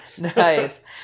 Nice